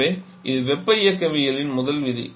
எனவே இது வெப்ப இயக்கவியலின் முதல் விதி